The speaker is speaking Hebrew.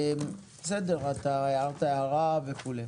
בסדר, אתה הערת הערה וכו'.